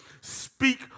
speak